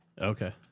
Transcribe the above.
Okay